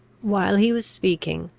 while he was speaking,